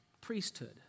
priesthood